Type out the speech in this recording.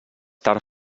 tard